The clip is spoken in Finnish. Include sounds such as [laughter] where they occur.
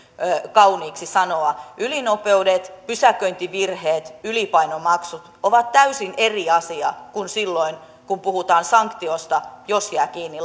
kauniiksi sanoa ylinopeudet pysäköintivirheet ylipainomaksut ovat täysin eri asia silloin kun puhutaan sanktioista kuin se jos jää kiinni [unintelligible]